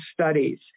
studies